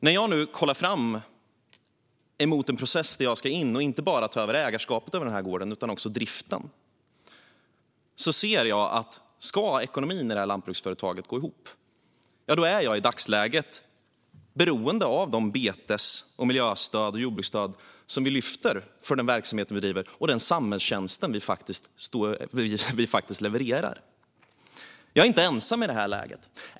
När jag nu ser fram emot en process där jag inte bara ska ta över ägarskapet till gården utan också driften förstår jag att om ekonomin i lantbruksföretaget ska gå ihop är jag i dagsläget beroende av de betes-, miljö och jordbruksstöd som vi lyfter för den verksamhet vi bedriver och den samhällstjänst vi faktiskt levererar. Jag är inte ensam om att vara i det läget.